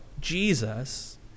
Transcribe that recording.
Jesus